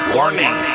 Warning